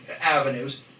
avenues